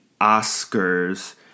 Oscars